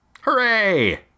Hooray